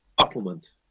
settlement